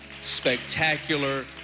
spectacular